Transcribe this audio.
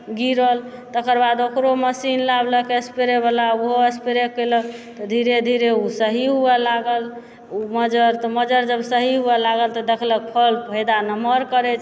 गिरल तकर बाद ओकरो मशीन लाबलक स्प्रेवला उहो स्प्रे कयलक तऽ धीरे धीरे उ सही हुअऽ लागल उ मजर तऽ मजर जब सही हुअऽ लागल तऽ देखलक फल फायदा नमहर करैत